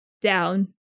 down